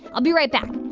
i'll be right back.